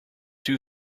two